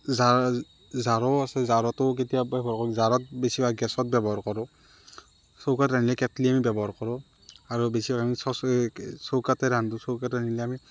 জাৰো আছে জাৰো আছে জাৰটো কেতিয়াবা ব্যৱহাৰ কৰোঁ জাৰত বেছি ভাগ গেছত ব্যৱহাৰ কৰো চৌকাত ৰান্ধিলে আমি কেটলি ব্যৱহাৰ কৰো আৰু বেছি ভাগ আমি এই কি চৌকাতে ৰান্ধোঁ চৌকাৰ ৰান্ধিলে আমি